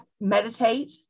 meditate